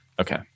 Okay